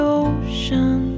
ocean